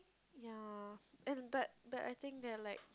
ya and but but I think they're like